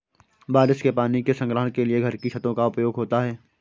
बारिश के पानी के संग्रहण के लिए घर की छतों का उपयोग होता है